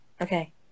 Okay